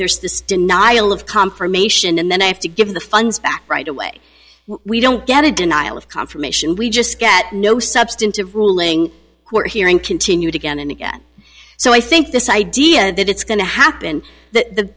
there's this denial of confirmation and then they have to give the funds back right away we don't get a denial of confirmation we just get no substantive ruling who are hearing continued again and again so i think this idea that it's going to happen the the